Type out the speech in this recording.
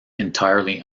entirely